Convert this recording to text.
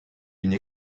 une